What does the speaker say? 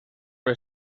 por